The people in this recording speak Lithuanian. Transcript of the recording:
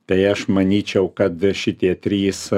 tai aš manyčiau kad šitie trys